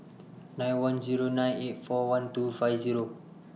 nine one Zero nine eight four one two five Zero